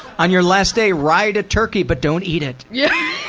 on your last day, ride a turkey, but don't eat it. yeah